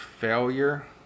failure